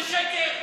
זה שקר.